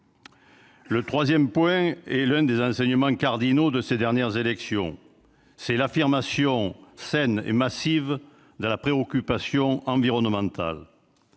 ? Troisièmement, l'un des enseignements cardinaux de ces dernières élections est l'affirmation saine et massive de la préoccupation environnementale.